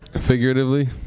figuratively